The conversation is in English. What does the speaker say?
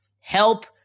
Help